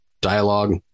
dialogue